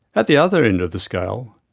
at the other end of the scale,